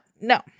No